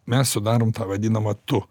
mes sudarom tą vadinamą tu